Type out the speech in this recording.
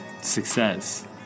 success